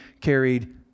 carried